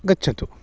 गच्छतु